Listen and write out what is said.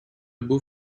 beau